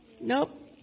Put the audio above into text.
Nope